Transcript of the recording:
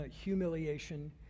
humiliation